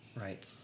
Right